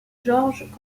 georg